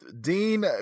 Dean